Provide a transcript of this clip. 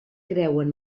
creuen